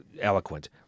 eloquent